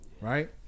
Right